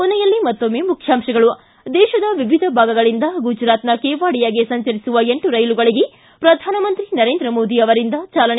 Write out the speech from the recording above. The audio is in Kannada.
ಕೊನೆಯಲ್ಲಿ ಮತ್ತೊಮ್ಮೆ ಮುಖ್ಯಾಂಶಗಳು ್ಟು ದೇಶದ ವಿವಿಧ ಭಾಗಗಳಿಂದ ಗುಜರಾತ್ನ ಕೆವಾಡಿಯಾಗೆ ಸಂಚರಿಸುವ ಎಂಟು ರೈಲುಗಳಿಗೆ ಪ್ರಧಾನಮಂತ್ರಿ ನರೇಂದ್ರ ಮೋದಿ ಅವರಿಂದ ಚಾಲನೆ